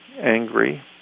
angry